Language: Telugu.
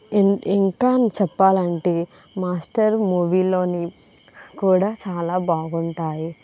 ఇంక్ ఇంక్ ఇంకా చెప్పాలంటే మాస్టర్ మూవీ లోనివి కూడా చాలా బాగుంటాయి